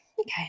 Okay